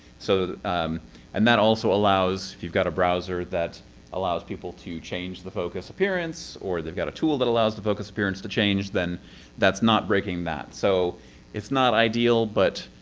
so and that also allows. if you've got a browser that allows people to change the focus appearance, or they've got a tool that allows the focus appearance to change, then that's not breaking that. so it's not ideal, but